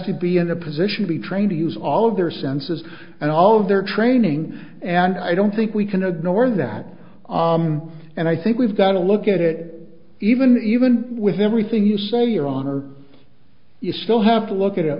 to be in a position to be trained to use all of their senses and all of their training and i don't think we can ignore that and i think we've got to look at it even even with everything you say your honor you still have to look at